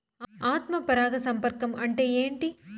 ఆత్మ పరాగ సంపర్కం అంటే ఏంటి?